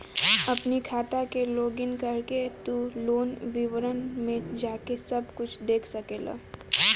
अपनी खाता के लोगइन करके तू लोन विवरण में जाके सब कुछ देख सकेला